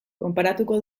konparatuko